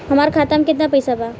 हमार खाता मे केतना पैसा बा?